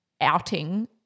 outing